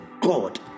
God